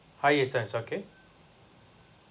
higher chance okay